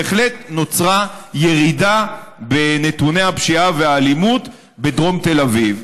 בהחלט נוצרה ירידה בנתוני הפשיעה והאלימות בדרום תל אביב.